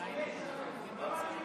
ואנו עוברים